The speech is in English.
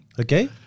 okay